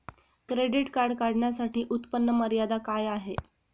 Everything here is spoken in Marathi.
क्रेडिट कार्ड काढण्यासाठी उत्पन्न मर्यादा काय आहे?